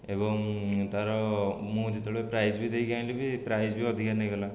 ଏବଂ ତାର ମୁଁ ଯେତେବେଳେ ପ୍ରାଇସ୍ ବି ଦେଇକି ଆଣିଲି ବି ପ୍ରାଇସ୍ ବି ଅଧିକା ନେଇଗଲା